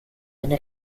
eine